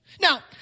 Now